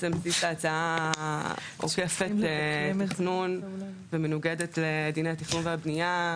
ההצעה בעצם עוקפת תכנון ומנוגדת לדיני התכנון והבנייה.